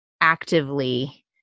actively